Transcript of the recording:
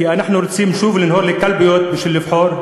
כי אנחנו רוצים שוב לנהור לקלפיות בשביל לבחור,